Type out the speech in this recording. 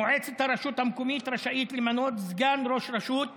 מועצת הרשות המקומית רשאית למנות סגן ראש רשות ערבי,